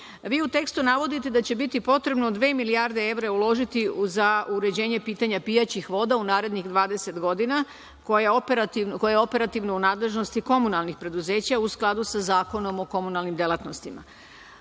Vi u tekstu navodite da će biti potrebno dve milijarde evra uložiti za uređenje pitanja pijaćih voda u narednih 20 godina, koje su operativno u nadležnosti komunalnih preduzeća, u skladu sa Zakonom o komunalnim delatnostima.